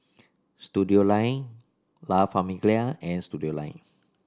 Studioline La Famiglia and Studioline